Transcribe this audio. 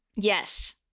Yes